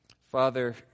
Father